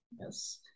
Yes